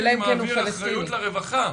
אני מעביר אחריות לרווחה.